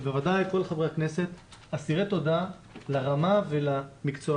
ובוודאי כל חברי הכנסת אסירי תודה לרמה ולמקצוענות